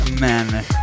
Man